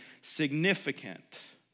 significant